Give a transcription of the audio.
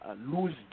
lose